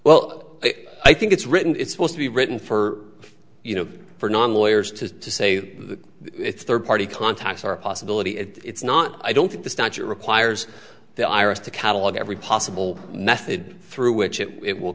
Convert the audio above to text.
well i think it's written it's supposed to be written for you know for non lawyers to say third party contacts are a possibility it's not i don't think the statute requires the iris to catalog every possible method through which it will